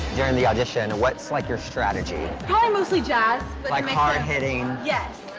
during the audition, what's like your strategy? probably mostly jazz. but like hard hitting yes.